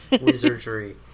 Wizardry